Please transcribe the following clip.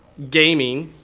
gaming